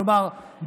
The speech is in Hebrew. כלומר,